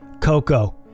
Coco